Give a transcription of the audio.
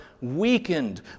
weakened